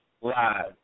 Live